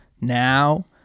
now